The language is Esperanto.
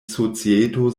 societo